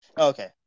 Okay